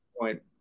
point